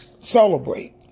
celebrate